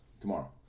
Tomorrow